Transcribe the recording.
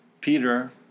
Peter